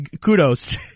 Kudos